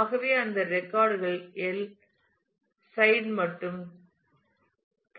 ஆகவே அந்த ரெக்கார்ட் கள் எல் சைட் மற்றும்